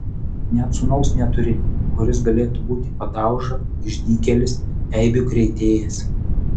net sūnaus neturi kuris galėtų būti padauža išdykėlis eibių krėtėjas